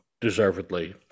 deservedly